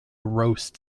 roast